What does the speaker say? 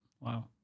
Wow